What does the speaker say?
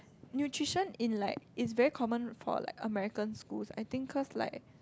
nutrition in like is very common for like American schools I think cause like